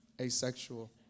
asexual